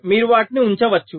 మీరు వాటిని ఉంచవచ్చు